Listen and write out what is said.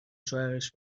شوهرش